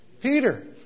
Peter